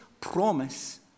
promise